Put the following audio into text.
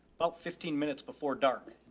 about fifteen minutes before dark.